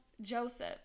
Joseph